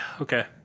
okay